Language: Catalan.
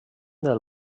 del